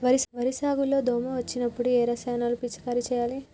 వరి సాగు లో దోమ వచ్చినప్పుడు ఏ రసాయనాలు పిచికారీ చేయాలి?